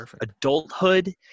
adulthood